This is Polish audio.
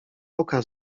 oka